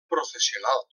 professional